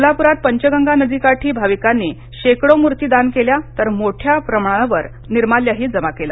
कोल्हापुरात पंचगंगा नदीकाठी भाविकांनी शेकडो मूर्ती दान केल्या तर मोठ्या प्रमाणावर निर्माल्यही जमा झालं